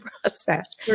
process